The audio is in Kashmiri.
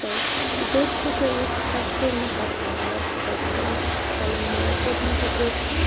تہٕ بہٕ یوٚت بہٕ گٔیَس تَتہِ کوٚر مےٚ پَنُن ناو حٲصِل پَنُن ناو کوٚر مےٚ تَتہِ روشُن